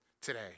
today